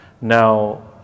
Now